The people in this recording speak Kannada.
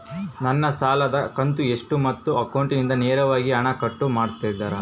ನನ್ನ ಸಾಲದ ಕಂತು ಎಷ್ಟು ಮತ್ತು ಅಕೌಂಟಿಂದ ನೇರವಾಗಿ ಹಣ ಕಟ್ ಮಾಡ್ತಿರಾ?